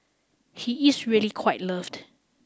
he is really quite loved